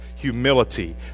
humility